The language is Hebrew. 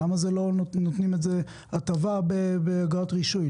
למה לא נותנים לזה הטבה באגרת רישוי?